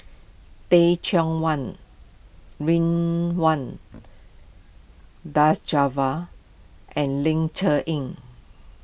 Teh Cheang Wan and Ling Cher Eng